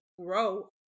grow